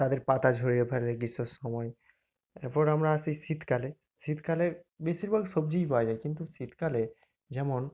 তাদের পাতা ঝরিয়ে ফেলে গ্রীষ্মের সময় এরপর আমরা আসি শীতকালে শীতকালের বেশিরভাগ সবজিই পাওয়া যায় কিন্তু শীতকালে যেমন